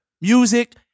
music